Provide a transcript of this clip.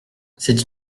c’est